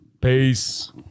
Peace